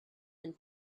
and